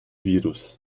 virus